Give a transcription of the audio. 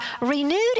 renewed